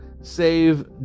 save